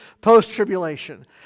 post-tribulation